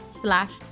slash